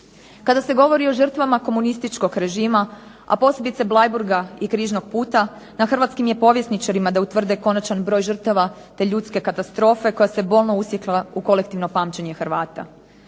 Kada se govori o žrtvama komunističkog režima, a posebice Bleiburga i Križnog puta, na hrvatskim je povjesničarima da utvrde konačni broj žrtava te ljudske katastrofe koja se bolno usjekla u kolektivno pamćenje Hrvata.